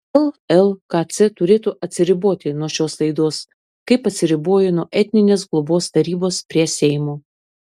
llkc turėtų atsiriboti nuo šios laidos kaip atsiribojo nuo etninės globos tarybos prie seimo